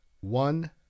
one